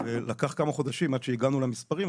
ולקח כמה חודשים עד שהגענו למספרים,